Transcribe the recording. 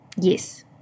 Yes